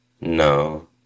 No